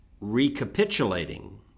recapitulating